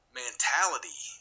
mentality